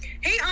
hey